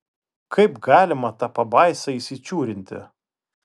kaip galima tą pabaisą įsičiūrinti